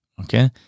okay